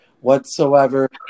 whatsoever